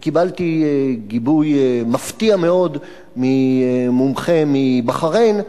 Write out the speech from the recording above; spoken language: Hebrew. וקיבלתי גיבוי מפתיע מאוד ממומחה מבחריין,